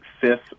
fifth